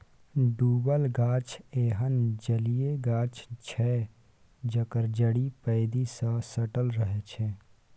डुबल गाछ एहन जलीय गाछ छै जकर जड़ि पैंदी सँ सटल रहै छै